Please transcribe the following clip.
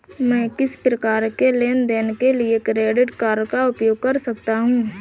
मैं किस प्रकार के लेनदेन के लिए क्रेडिट कार्ड का उपयोग कर सकता हूं?